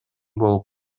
болуп